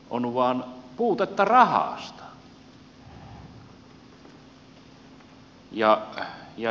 on vain puutetta rahasta